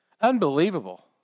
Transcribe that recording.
Unbelievable